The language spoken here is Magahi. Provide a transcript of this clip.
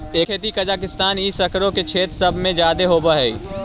एकर खेती कजाकिस्तान ई सकरो के क्षेत्र सब में जादे होब हई